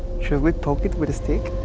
should we poke it with a stick?